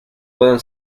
pueden